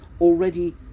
already